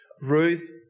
Ruth